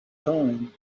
time